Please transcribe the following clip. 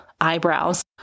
eyebrows